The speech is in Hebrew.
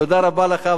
תודה רבה לך.